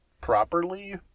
properly